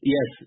Yes